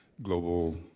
global